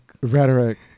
rhetoric